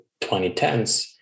2010s